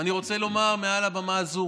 ואני רוצה לומר מעל הבמה הזו: